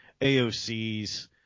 AOC's